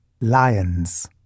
Lions